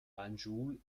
banjul